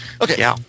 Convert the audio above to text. Okay